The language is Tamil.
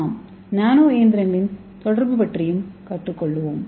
நாம் நானோ இயந்திரங்களின் தொடர்பு பற்றி கற்றுக்கொள்வோம்